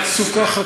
אל תעשו ככה,